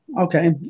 Okay